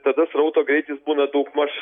tada srauto greitis būna daugmaž